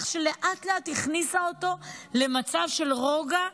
איך לאט-לאט היא הכניסה אותו למצב של רוגע,